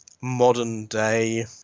modern-day